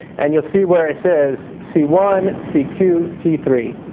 and you'll see where it says c one, c two, c three.